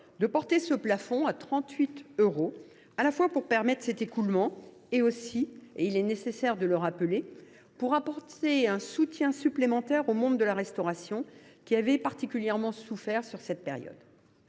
de porter ce plafond à 38 euros, à la fois pour permettre cet écoulement, mais aussi – il est nécessaire de le rappeler – pour apporter un soutien supplémentaire au monde de la restauration, qui avait particulièrement souffert pendant cette période.